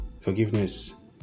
Forgiveness